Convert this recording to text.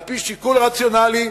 על-פי שיקול רציונלי,